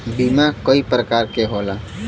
बीमा कई परकार के होला